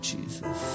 Jesus